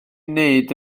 wneud